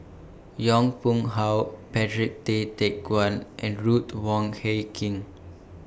Yong Pung How Patrick Tay Teck Guan and Ruth Wong Hie King